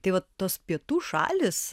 tai vat tos pietų šalys